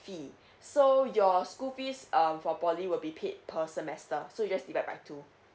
fee so your school fees um for poly will be paid per semester so you just divide by two